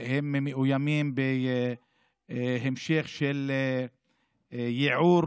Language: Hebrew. שהם מאוימים בהמשך ייעור